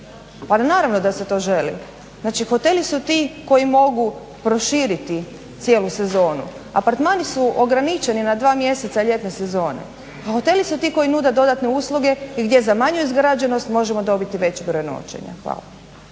Pa naravno da se to želi. Znači hoteli su ti koji mogu proširiti cijelu sezonu, apartmani su ograničeni na 2. mjeseca ljetne sezone, a hoteli su ti koji nude dodatne usluge i gdje za manju izgrađenost možemo dobiti veći broj noĆenja. Hvala.